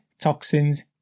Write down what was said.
toxins